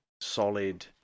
solid